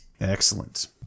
Excellent